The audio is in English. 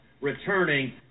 returning